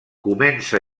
comença